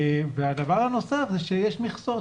הדבר הנוסף הוא שיש מכסות.